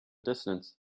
distance